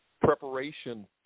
preparation